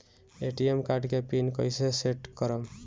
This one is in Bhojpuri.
ए.टी.एम कार्ड के पिन कैसे सेट करम?